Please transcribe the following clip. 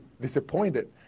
disappointed